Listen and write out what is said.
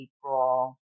April